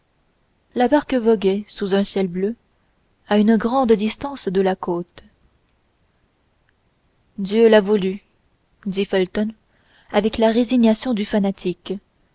la barque voguait sous un ciel bleu à une grande distance de la côte dieu l'a voulu dit felton avec la résignation du fanatique